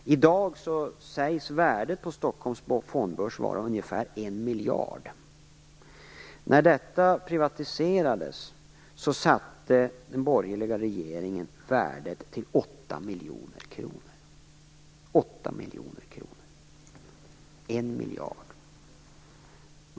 I dag sägs värdet på Stockholms Fondbörs vara ungefär 1 miljard kronor. När detta företag privatiserades fastställde den borgerliga regeringen värdet till 8 miljoner kronor.